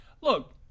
look